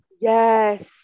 Yes